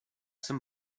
jsem